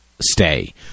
stay